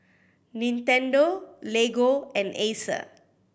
Nintendo Lego and Acer